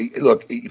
look